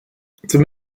zum